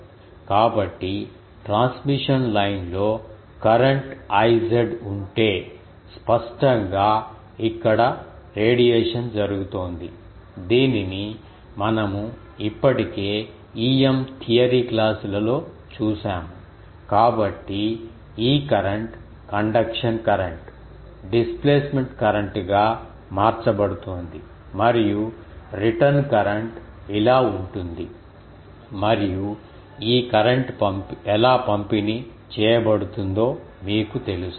కాబట్టి ట్రాన్స్మిషన్ లైన్లో current I ఉంటే స్పష్టంగా ఇక్కడ రేడియేషన్ జరుగుతోంది దీనిని మనము ఇప్పటికే EM థియరీ క్లాసులలో చూశాము కాబట్టి ఈ కరెంట్ కండక్షన్ కరెంట్ డిస్ప్లేస్మెంట్ కరెంట్గా మార్చబడుతోంది మరియు రిటర్న్ కరెంట్ ఇలా ఉంటుంది మరియు ఈ కరెంట్ ఎలా పంపిణీ చేయబడుతుందో మీకు తెలుసా